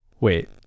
Wait